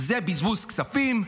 זה בזבוז כספים,